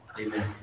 Amen